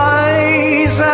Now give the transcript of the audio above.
eyes